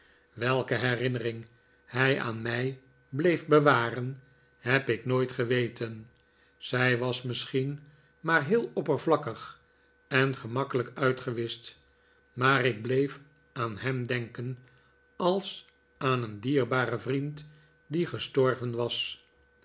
welke herinnering hij aan mij bleef bewaren heb ik nooit geweten zij was misschien maar heel oppervlakkig en gemakkelijk uitgewischt maar ik bleef aan hem denken als aan een dierbaren vriend die gestorven was